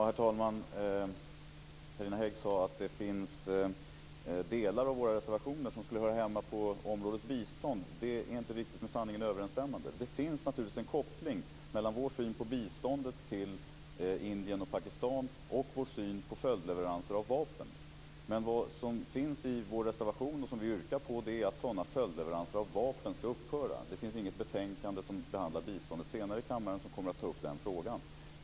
Herr talman! Carina Hägg sade att delar av våra reservationer skulle höra hemma på området bistånd. Det är inte riktigt med sanningen överensstämmande. Det finns naturligtvis en koppling mellan vår syn på biståndet till Indien och Pakistan och vår syn på följdleveranser av vapen. Men det som finns i vår reservation och det som vi yrkar på är att sådana följdleveranser av vapen skall upphöra. Det finns inget betänkande som tar upp frågan om biståndet och som kommer att behandlas senare i kammaren.